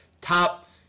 top